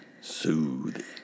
Soothe